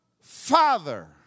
Father